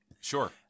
Sure